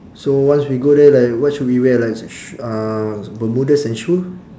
so once we go there like what should we wear like sh~ uh bermudas and shoe